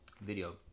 video